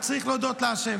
וצריך להודות לה'.